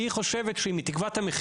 היא חושב שאם היא תקבע את המחירים